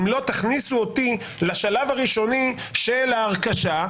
אם לא תכניסו אותי לשלב הראשוני של ההרכשה.